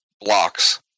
blocks